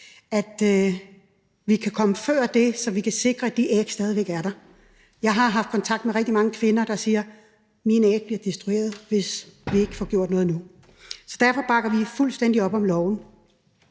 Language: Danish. at vi kan komme før det. Jeg har haft kontakt med rigtig mange kvinder, der siger: Mine æg bliver destrueret, hvis vi ikke får gjort noget nu. Derfor bakker vi fuldstændig op om